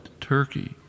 Turkey